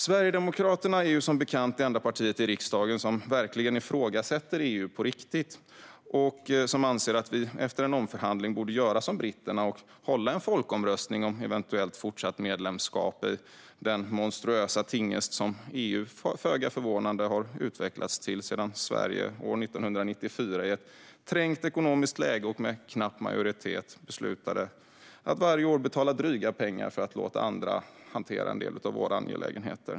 Sverigedemokraterna är som bekant det enda partiet i riksdagen som ifrågasätter EU på riktigt och som anser att vi efter omförhandling borde göra som britterna och hålla en folkomröstning om eventuellt fortsatt medlemskap i den monstruösa tingest som EU föga förvånande har utvecklats till sedan Sverige år 1994 i ett trängt ekonomiskt läge och med en knapp majoritet beslutade att varje år betala dryga pengar för att låta andra hantera en del av våra angelägenheter.